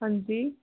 ਹਾਂਜੀ